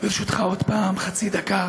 ברשותך עוד חצי דקה